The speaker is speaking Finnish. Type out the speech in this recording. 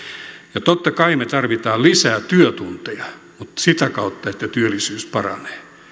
ja totta kai me tarvitsemme lisää työtunteja mutta sitä kautta että työllisyys paranee